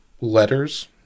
letters